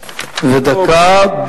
ודקה.